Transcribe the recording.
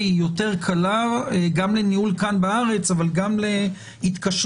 יותר קלה גם לניהול כאן בארץ אבל גם להתקשרות